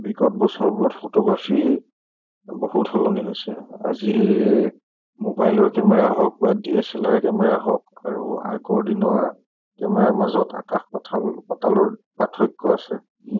বিগত বছৰবোৰত ফটোগ্ৰাফি বহুত সলনি হৈছে আজিৰ মোবাইলৰ কেমেৰা হওক বা D S L R camera হওক আৰু আগৰ দিনৰ কেমেৰাৰ মাজত আকাশ পাতালৰ পাৰ্থক্য আছে